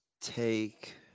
take